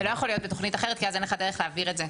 זה לא יכול להיות בתכנית אחרת כי אז אין לך דרך להעביר את זה,